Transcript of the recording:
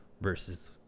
versus